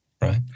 Right